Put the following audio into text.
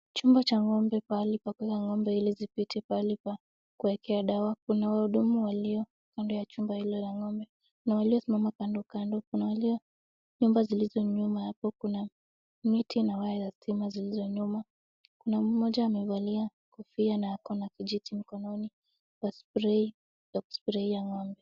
Chumba cha ng'ombe pahali pa kueka ng'ombe ili zipite pahali pa kuekea dawa, kuna wahudumu walio kando ya chumba hilo la ng'ombe, kuna waliosimama kandokando, kuna walio nyumba zilizo nyuma hapo kuna miti na waya ya stima zilizo nyuma. Kuna mmoja amevalia kofia na ako na kijiti mkononi za spray ya kusprayia ng'ombe.